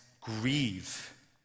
grieve